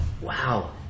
Wow